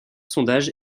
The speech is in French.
sondage